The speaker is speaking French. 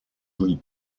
jolies